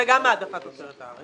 וגם העדפת תוצרת הארץ.